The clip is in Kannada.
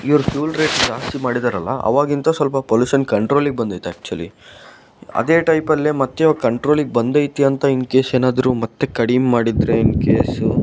ಇವ್ರು ಫ್ಯೂಲ್ ರೇಟ್ ಜಾಸ್ತಿ ಮಾಡಿದಾರಲ್ವ ಅವಾಗಿಂದ ಸ್ವಲ್ಪ ಪೊಲ್ಯೂಷನ್ ಕಂಟ್ರೋಲಿಗೆ ಬಂದೈತೆ ಆ್ಯಕ್ಚುಲಿ ಅದೇ ಟೈಪಲ್ಲೆ ಮತ್ಯಾವ ಕಂಟ್ರೋಲಿಗೆ ಬಂದೈತಿ ಅಂತ ಇನ್ ಕೇಸ್ ಏನಾದ್ರೂ ಮತ್ತೆ ಕಡಿಮೆ ಮಾಡಿದರೆ ಇನ್ ಕೇಸು